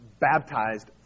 baptized